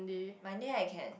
Monday I can